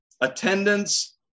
Attendance